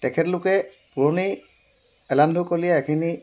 তেখেতলোকে পুৰণি এলান্ধুকলীয়া এখিনি